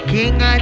King